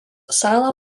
salą